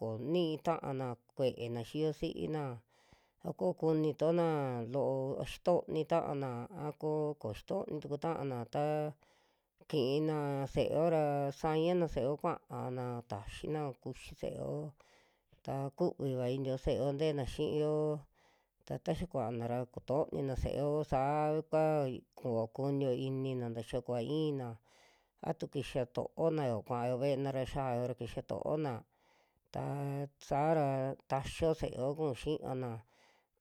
konii ta'ana, kue'ena xii yuvasina a koo kunitona loo a xintooni ta'ana a koo koxitoni tuku ta'ana, ta kina se'eo ra sañana se'eo kuaana taxina kuxi se'eo ta kuviva inio se'eo nteena xiiyo, ta taxa kuaana ra kutonina se'eo saa kua kuo kunio inina nta xia kuva iina, a tu kixa to'onao kuayo ve'ena ra xiayo ra kixa to'ona ta saa'ra taxio se'eo ku'u xiivana